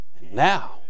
Now